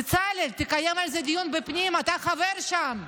בצלאל, תקיים על זה דיון בפנים, אתה חבר שם,